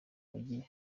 mujyi